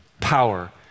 power